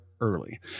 early